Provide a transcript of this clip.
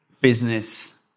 business